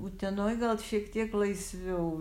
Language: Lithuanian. utenoj gal šiek tiek laisviau